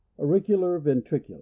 Auricular-ventricular